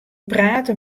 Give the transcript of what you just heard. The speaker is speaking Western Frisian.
prate